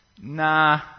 nah